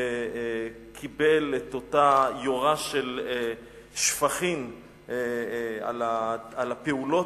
קיבל את אותה יורה של שפכים על הפעולות